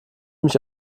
mich